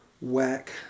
whack